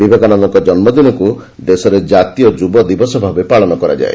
ବିବେକାନନ୍ଦଙ୍କ ଜନ୍ମଦିନକୁ ଦେଶରେ ଜାତୀୟ ଯୁବ ଦିବସଭାବେ ପାଳନ କରାଯାଏ